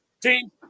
Team